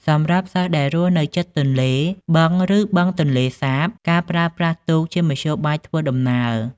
សម្រាប់សិស្សដែលរស់នៅជិតទន្លេ បឹងឬបឹងទន្លេសាប ការប្រើប្រាស់ទូកជាមធ្យោបាយធ្វើដំណើរ។